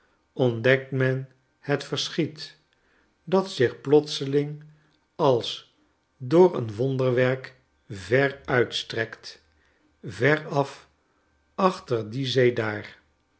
ontdekt men het verschiet dat zich plotseling als door een wonderwerk ver uitstrekt veraf achter die zee daar